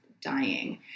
dying